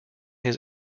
his